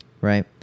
Right